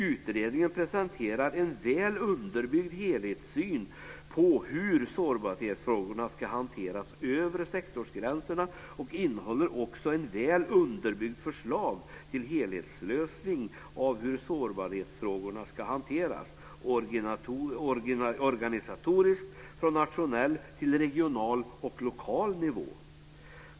Utredningen presenterar en väl underbyggd helhetssyn på hur sårbarhetsfrågorna ska hanteras över sektorsgränserna och innehåller också ett väl underbyggt förslag till helhetslösning av hur sårbarhetsfrågorna ska hanteras organisatoriskt från nationell till regional och lokal nivå.